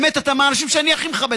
בגליל שיהודים מנסים להקים אין זכויות